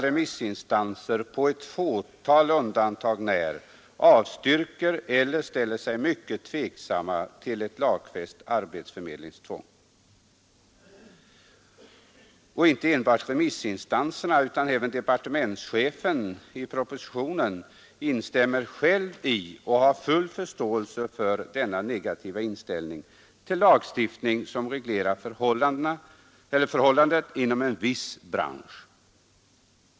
Remissinstanserna, på ett fåtal undantag när, avstyrker eller ställer sig mycket tveksamma till ett lagfäst arbetsförmedlingstvång — och inte enbart remissinstanserna utan även departementschefen själv, som i propositionen instämmer i och har full förståelse för denna negativa inställning till lagstiftning som reglerar förhållandet inom en viss bransch.